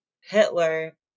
Hitler